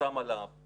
הוא שם על הפתח,